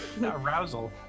Arousal